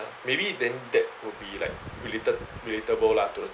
ya maybe then that will be like related relatable lah to the